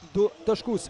du taškus